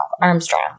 Armstrong